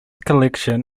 collection